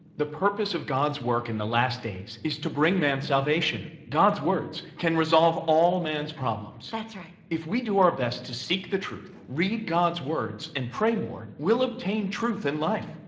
the purpose of god's work in the last days is to bring man salvation, god's words can resolve all man's problems. that's right. if we do our best to seek the truth, read god's words, and pray more, we'll obtain truth and life.